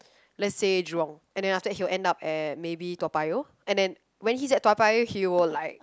lets say Jurong and then after he will end at maybe Toa Payoh and then when he's at Toa Payoh he will like